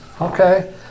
okay